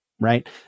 right